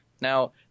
Now